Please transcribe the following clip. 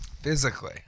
physically